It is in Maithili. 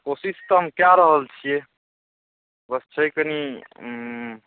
कोशिश तऽ हम कए रहल छियै बस छै कनि